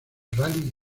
rally